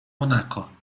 monaco